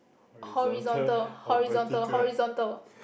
horizontal horizontal horizontal